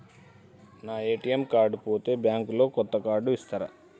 నా ATM card పోతే bank లో కొత్త కార్డు ఇస్తరా?